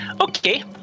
Okay